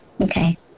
Okay